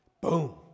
Boom